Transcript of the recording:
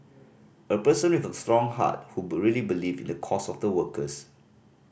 a person with a strong heart who really believe in the cause of the workers